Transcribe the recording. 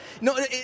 No